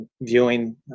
viewing